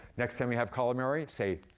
next time you have calamari, say,